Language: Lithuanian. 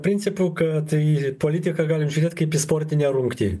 principu kad į politiką galim žiūrėti kaip į sportinę rungtį